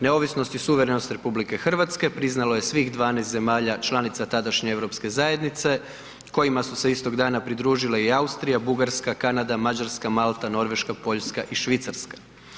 Neovisnost i suverenost RH priznalo je svih 12 zemalja članica tadašnje europske zajednice kojim su se istog dana pridružile i Austrija, Bugarska, Kanada, Mađarska, Malta, Norveška, Poljska i Švicarska.